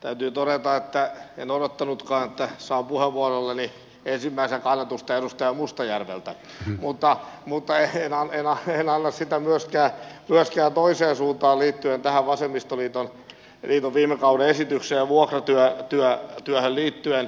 täytyy todeta että en odottanutkaan että saan puheenvuorollani ensimmäisenä kannatusta edustaja mustajärveltä mutta en anna sitä myöskään toiseen suuntaan liittyen tähän vasemmistoliiton viime kauden esitykseen vuokratyöhön liittyen